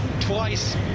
twice